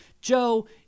Joe